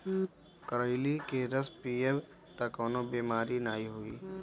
करइली के रस पीयब तअ कवनो बेमारी नाइ होई